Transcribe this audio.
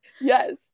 yes